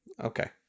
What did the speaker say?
Okay